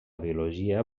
biologia